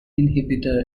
inhibitor